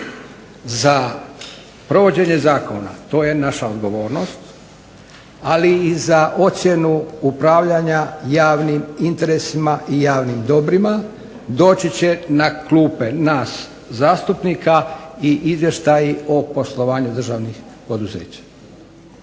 za provođenje zakona, to je naša odgovornost, ali i za ocjenu upravljanja javnim interesima i javnim dobrima doći će na klupe nas zastupnika i izvještaji o poslovanju državnih poduzeća.